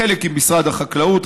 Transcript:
חלק עם משרד החקלאות,